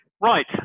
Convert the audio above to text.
Right